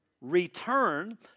Return